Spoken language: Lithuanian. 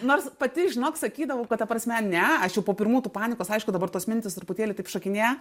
nors pati žinok sakydavau kad ta prasme ne aš jau po pirmų tų panikos aišku dabar tos mintys truputėlį taip šokinėja